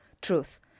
truth